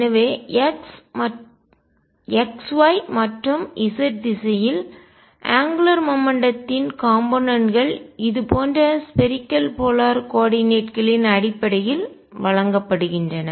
எனவே x y மற்றும் z திசையில் அங்குலார் மொமெண்ட்டத்தின் கோண உந்தத்தின் காம்போனென்ட் கள் கூறுகள் இது போன்ற ஸ்பேரிக்கல் போலார் கோள துருவ கோஆர்டினேட் களின் அடிப்படையில் வழங்கப்படுகின்றன